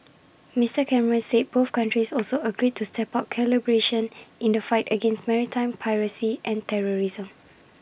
Mister Cameron said both countries also agreed to step up collaboration in the fight against maritime piracy and terrorism